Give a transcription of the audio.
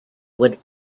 would